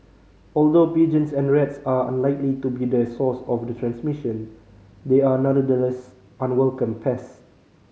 although pigeons and rats are unlikely to be the source of the transmission they are nonetheless unwelcome pests